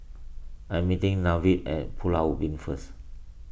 I am meeting Nevaeh at Pulau Ubin first